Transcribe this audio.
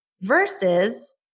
versus